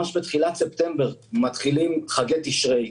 ממש בתחילת ספטמבר מתחילים חגי תשרי,